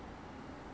就习惯 liao